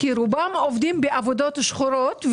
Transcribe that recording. כי רובם עובדים בעבודות שחורות,